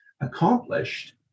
accomplished